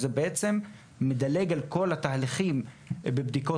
זה בעצם מדלג על כל התהליכים בבדיקות